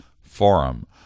forum